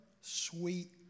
sweet